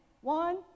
One